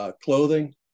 clothing